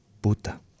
puta